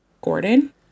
Gordon